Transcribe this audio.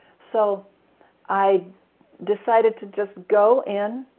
so i decided to just go in,